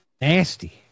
Nasty